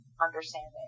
understanding